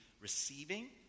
receiving